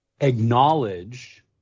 acknowledge